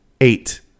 Eight